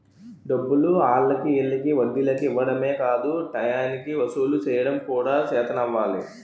డబ్బులు ఆల్లకి ఈల్లకి వడ్డీలకి ఇవ్వడమే కాదు టయానికి వసూలు సెయ్యడం కూడా సేతనవ్వాలి